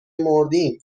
مردیم